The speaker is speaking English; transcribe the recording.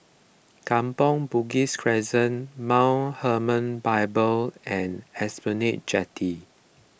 Kampong Bugis Crescent Mount Hermon Bible and Esplanade Jetty